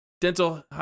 dental